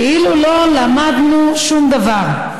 כאילו לא למדנו שום דבר.